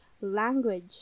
language